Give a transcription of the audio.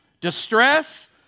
distress